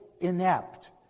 inept